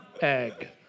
egg